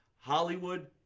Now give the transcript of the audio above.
Hollywood